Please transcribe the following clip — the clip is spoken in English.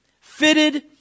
fitted